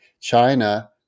China